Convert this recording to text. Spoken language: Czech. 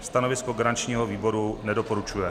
Stanovisko garančního výboru nedoporučuje.